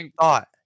thought